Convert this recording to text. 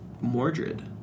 Mordred